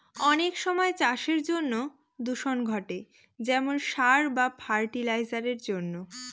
অনেক সময় চাষের জন্য দূষণ ঘটে যেমন সার বা ফার্টি লাইসারের জন্য